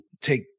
take